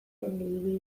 mendi